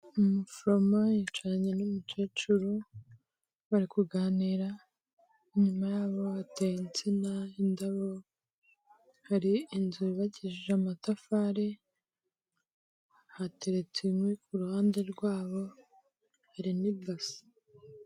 Umuforomo yicaranye n'umukecuru bari kuganira, inyuma yabo habateye insina, indabo, hari inzu yubakishije amatafari, hateretse inkwi ku ruhande rwabo, hari n'ibase.